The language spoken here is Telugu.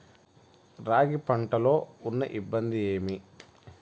రాగి పంటలో ఉన్న ఇబ్బంది ఏమి?